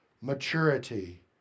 maturity